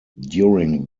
during